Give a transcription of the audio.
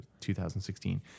2016